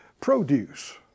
produce